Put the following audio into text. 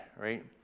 right